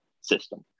system